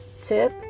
tip